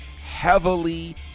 heavily